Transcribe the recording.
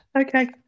Okay